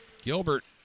Gilbert